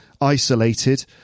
isolated